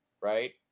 right